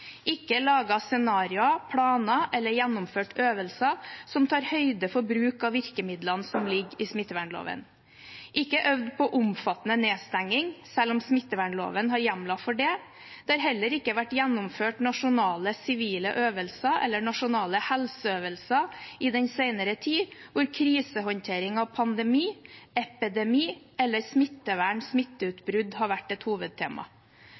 ikke laget scenarioer, planer eller gjennomført øvelser som tar høyde for bruk av virkemidlene som ligger i smittevernloven. Det er ikke øvd på omfattende nedstenging selv om smittevernloven har hjemler for det. Det har heller ikke vært gjennomført nasjonale sivile øvelser eller nasjonale helseøvelser i den senere tid hvor krisehåndtering av pandemi, epidemi eller smittevern, smitteutbrudd har vært et hovedtema.